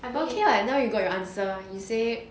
but okay [what] now you got your answer you say